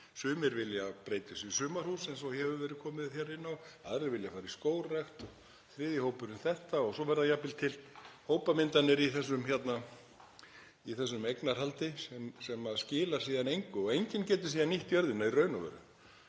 Sumir vilja breyta þessu í sumarhús eins og hefur verið komið inn á. Aðrir vilja fara í skógrækt, þriðji hópurinn vill þetta og svo verða jafnvel til hópamyndanir í þessu eignarhaldi sem skilar síðan engu og enginn getur nýtt jörðina í raun og veru.